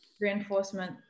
reinforcement